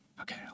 okay